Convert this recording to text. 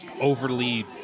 overly